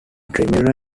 tremor